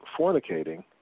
fornicating